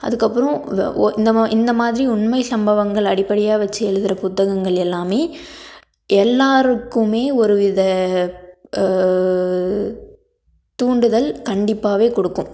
அதுக்கப்புறம் இந்தமா இந்தமாதிரி உண்மை சம்பவங்கள் அடிப்படையாக வச்சு எழுதுற புத்தகங்கள் எல்லாமே எல்லாேருக்குமே ஒரு வித தூண்டுதல் கண்டிப்பாகவே கொடுக்கும்